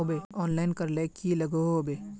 Online करले की लागोहो होबे?